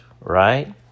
right